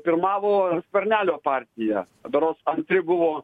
pirmavo skvernelio partija berods antri buvo